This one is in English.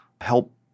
help